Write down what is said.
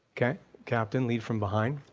okay, captain, lead from behind.